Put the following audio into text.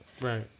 Right